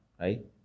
right